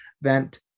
event